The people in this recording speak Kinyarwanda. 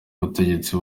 ubutegetsi